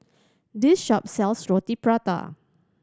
this shop sells Roti Prata